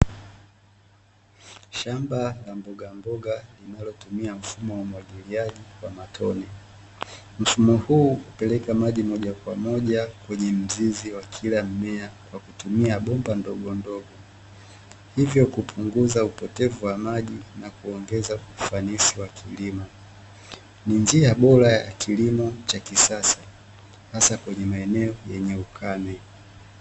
Shamba la mboga mboga linalotumia mfumo wa umwagiliaji wa matone, mfumo huu hupeleka maji moja kwa moja kwenye mzizi wa kila mmea kwa kutumia bomba ndogo ndogo. Hivyo ukipunguza upotevu wa maji na kuongeza ufanisi wa kilimo, ni njia bora ya kilimo cha kisasa hasa kwenye maeneo yenye ukame.